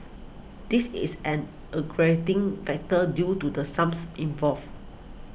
this is an aggravating factor due to the sums involved